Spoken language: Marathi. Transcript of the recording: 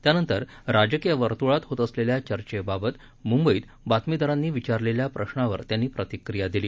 त्यानंतर राजकीय वर्त्ळात होत असलेल्या चर्चेबाबत म्ंबईत बातमीदारांनी विचारलेल्या प्रश्नावर त्यांनी प्रतिक्रिया दिली